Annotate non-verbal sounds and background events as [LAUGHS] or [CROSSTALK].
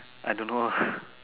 I don't know her [LAUGHS]